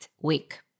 week